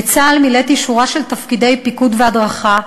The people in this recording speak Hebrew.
בצה"ל מילאתי שורה של תפקידי פיקוד והדרכה.